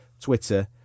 Twitter